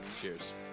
Cheers